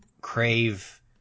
crave